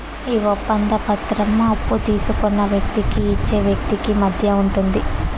ఈ ఒప్పంద పత్రం అప్పు తీసుకున్న వ్యక్తికి ఇచ్చే వ్యక్తికి మధ్య ఉంటుంది